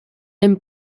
dem